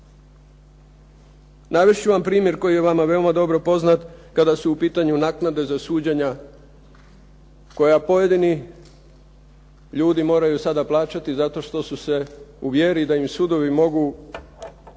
Navest ću vam primjer koji je vama dobro poznat, kada su u pitanju naknade za suđenja koja pojedini ljudi moraju sada plaćati zato što su se uvjerili da im sudovi mogu